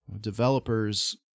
Developers